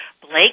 Blake